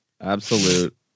Absolute